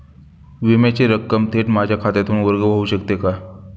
विम्याची रक्कम थेट माझ्या खात्यातून वर्ग होऊ शकते का?